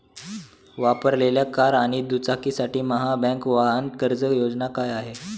वापरलेल्या कार आणि दुचाकीसाठी महाबँक वाहन कर्ज योजना काय आहे?